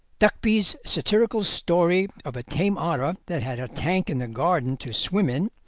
duckby's satirical story of a tame otter that had a tank in the garden to swim in,